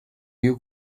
you